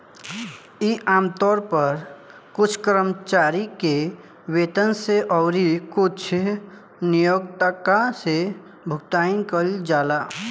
इ आमतौर पर कुछ कर्मचारी के वेतन से अउरी कुछ नियोक्ता से भुगतान कइल जाला